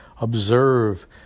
observe